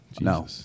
No